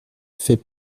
fait